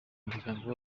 muryango